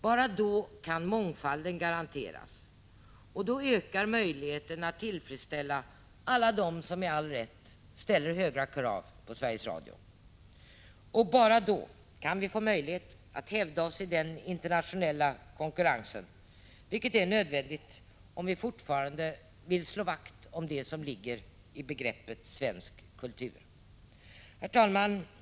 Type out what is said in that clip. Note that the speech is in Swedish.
Bara då kan mångfalden garanteras, och därmed ökar möjligheten att tillfredsställa alla dem som med all rätt ställer höga krav på Sveriges Radio. Och bara då kan vi få möjligheter att hävda oss i den internationella konkurrensen, vilket är nödvändigt om vi fortfarande vill slå vakt om det som ligger i begreppet svensk kultur. Herr talman!